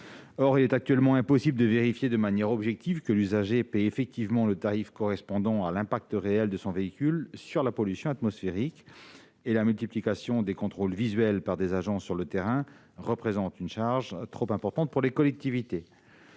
Or il est actuellement impossible de vérifier de manière objective que l'usager paie effectivement le tarif correspondant à l'impact réel de son véhicule sur la pollution atmosphérique, et la multiplication des contrôles visuels par des agents sur le terrain représente une charge trop importante pour les collectivités.